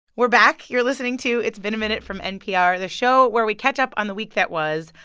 we're back. you're listening to it's been a minute from npr, the show where we catch up on the week that was.